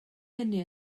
hynny